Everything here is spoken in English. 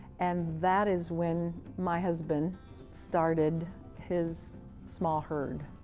and that is when my husband started his small herd.